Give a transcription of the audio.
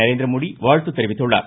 நரேந்திரமோடி வாழ்த்து தெரிவித்துள்ளார்